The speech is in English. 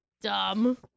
Dumb